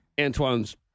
Antoine's